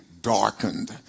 darkened